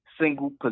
single